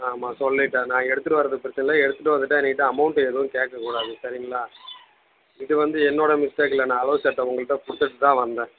ஆமாம் சொல்லிவிட்டேன் நான் எடுத்துகிட்டு வரது பிரச்சினல்ல எடுத்துகிட்டு வந்துவிட்டா என்கிட்ட அமௌண்ட்டு எதுவும் கேட்கக்கூடாது சரிங்களா இது வந்து என்னோட மிஸ்டேக் இல்லை நான் அளவு சட்டை உங்கள்கிட்ட கொடுத்துட்டு தான் வந்தேன்